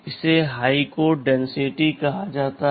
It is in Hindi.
इसे उच्च कोड घनत्व कहा जाता है